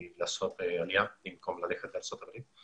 לעלות לישראל במקום לעבור לארצות הברית.